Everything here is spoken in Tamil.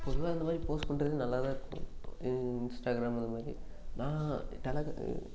பொதுவாக இந்த மாதிரி போஸ்ட் பண்றதே நல்லா தான் இருக்கும் இ இன்ஸ்டாகிராமில் இந்த மாதிரி நான் டெலக்